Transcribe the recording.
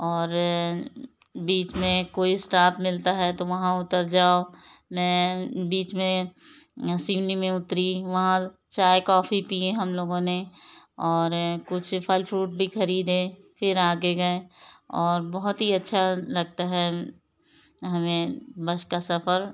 और बीच में कोई स्टाफ मिलता है तो वहाँ उतर जाओ मैं बीच में सिग्नी में उतरी वहाँ चाय कॉफ़ी पी हम लोगों ने और कुछ फल फ़्रूट भी खरीदे फिर आगे गए और बहुत ही अच्छा लगता है हमें बस का सफ़र